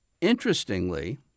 Interestingly